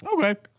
Okay